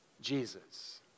Jesus